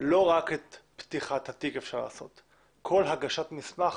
לא רק את פתיחת התיק אפשר לעשות אלא כל הגשת מסמך